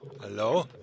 Hello